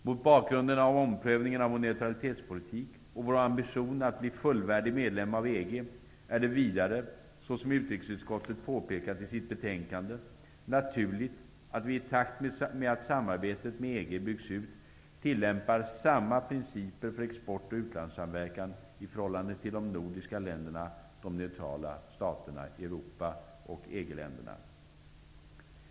Mot bakgrund av omprövningen av vår neutralitetspolitik och vår ambition att bli en fullvärdig medlem i EG är det vidare, som också utskottet påpekat i sitt betänkande, naturligt att vi i takt med att samarbetet med EG byggs ut tillämpar samma principer för export och utlandssamverkan i förhållande till de nordiska länderna, de neutrala staterna i Europa och EG-länderna.